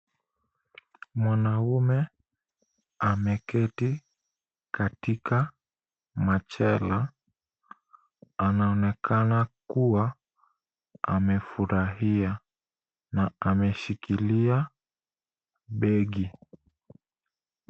Mwanaume ameketi katika machela anaonekana kuwa amefurahia na ameshikilia begi.